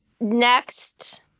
next